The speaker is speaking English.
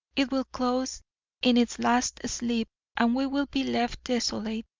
it will close in its last sleep and we will be left desolate.